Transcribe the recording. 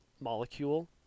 molecule